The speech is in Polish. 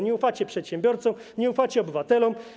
Nie ufacie przedsiębiorcom, nie ufacie obywatelom.